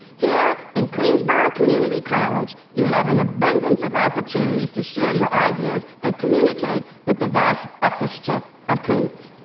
here, in queensborough community college, you have an abundance of opportunities to share your ideas and communicate with the vast orchestra of queens.